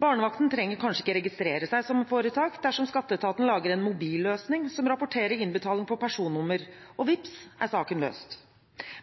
Barnevakten trenger kanskje ikke registrere seg som foretak dersom skatteetaten lager en mobilløsning som rapporterer innbetaling på personnummer – og vipps er saken løst.